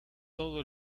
todo